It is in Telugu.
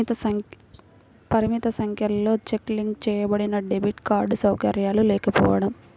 పరిమిత సంఖ్యలో చెక్ లింక్ చేయబడినడెబిట్ కార్డ్ సౌకర్యాలు లేకపోవడం